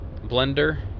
Blender